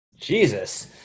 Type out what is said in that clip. Jesus